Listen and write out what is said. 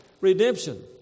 redemption